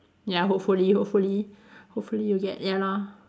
ya hopefully hopefully hopefully you get ya lah